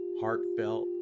heartfelt